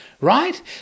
Right